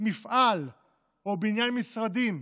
מפעל או בניין משרדים,